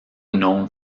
known